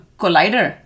collider